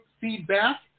feedback